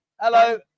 hello